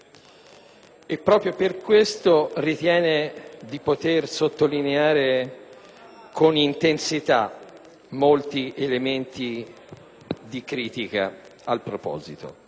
Proprio per questa ragione ritiene di poter sottolineare con intensità molti elementi di critica in proposito.